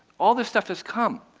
all this stuff has come.